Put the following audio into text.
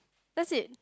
that's it